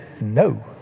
no